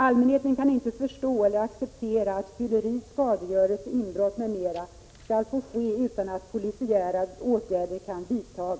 Allmänheten kan inte förstå eller acceptera att fylleri, skadegörelse, inbrott m m skall få ske utan att polisiära åtgärder kan vidtas.